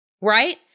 right